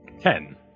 Ten